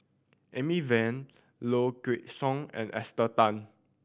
Amy Van Low Kway Song and Esther Tan